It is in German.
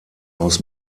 aus